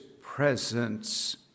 presence